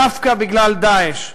דווקא בגלל "דאעש",